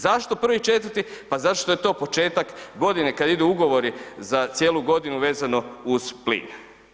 Zašto 1.4., pa zato što je to početak godine kad idu ugovori za cijelu godinu vezano uz plin.